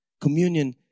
Communion